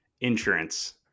insurance